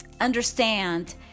understand